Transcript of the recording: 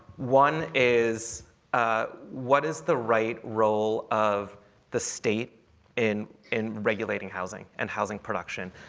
one is ah what is the right role of the state in in regulating housing and housing production?